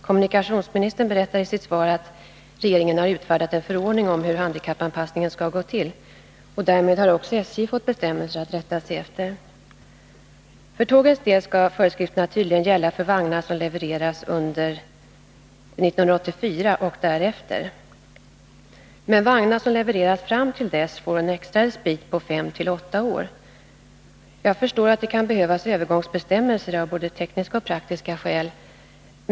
Kommunikationsministern berättar i sitt svar att regeringen har utfärdat en förordning om hur handikappanpassningen skall gå till, och därmed har också SJ fått bestämmelser att rätta sig efter. För tågens del skall föreskrifterna gälla för vagnar som levereras under 1984 och därefter. Vagnar som levereras fram till dess får emellertid en extra respit på fem till åtta år. Jag förstår att det kan behövas övergångsbestämmelser, av både tekniska och praktiska skäl.